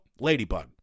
ladybug